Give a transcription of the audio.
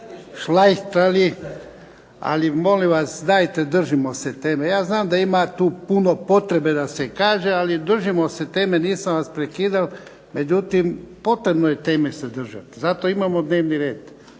šlajhtali. Ali molim vas, dajte držimo se teme. Ja znam da ima tu puno potrebe da se kaže ali držimo se teme. Nisam vas prekidao, međutim potrebno je teme se držati. Zato imamo dnevni red.